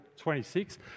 26